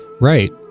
right